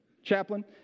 chaplain